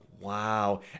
Wow